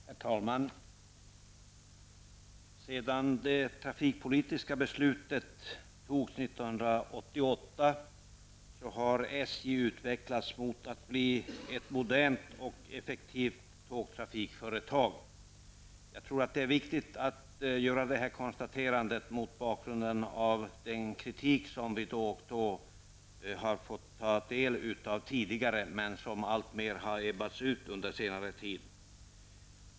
Herr talman! Sedan det trafikpolitiska beslutet 1988 har SJ utvecklats mot att bli ett modernt och effektivt tågtrafikföretag. Det är viktigt att göra det konstaterandet mot bakgrund av den kritik som vi tidigare då och då fick ta del av men som under senare tid alltmer har ebbat ut.